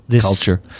culture